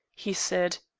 he said.